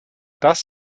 das